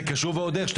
זה קשור ועוד איך.